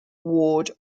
ward